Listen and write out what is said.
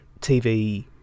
TV